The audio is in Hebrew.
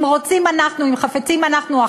אם חפצים אנחנו,